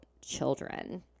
children